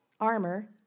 armor